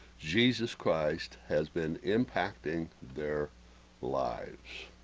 jesus christ has been impacting their lives